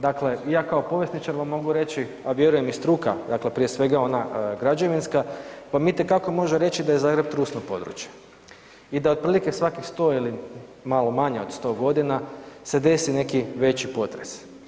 Dakle i ja kao povjesničar vam mogu reći, a vjerujem i struka, dakle prije svega ona građevinska vam itekako može reći da je Zagreb trusno područje i da otprilike svakih 100 ili malo manje od 100 godina se desi neki veći potres.